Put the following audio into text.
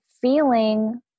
feeling